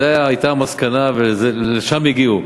זו הייתה המסקנה ולשם הגיעו.